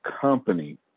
company